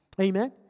Amen